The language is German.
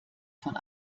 von